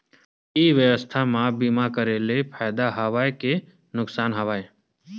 ई व्यवसाय म बीमा करे ले फ़ायदा हवय के नुकसान हवय?